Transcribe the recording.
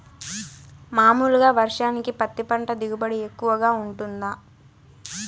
మామూలుగా వర్షానికి పత్తి పంట దిగుబడి ఎక్కువగా గా వుంటుందా?